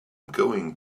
going